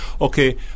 okay